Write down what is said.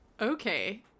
Okay